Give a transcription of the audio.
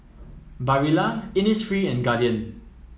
Barilla Innisfree and Guardian